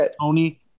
Tony